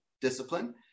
discipline